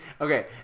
Okay